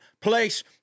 place